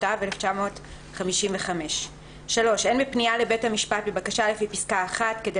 התשט"ו 1955. (3)אין בפנייה לבית המשפט בבקשה לפי פסקה (1) כדי